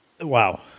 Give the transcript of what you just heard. Wow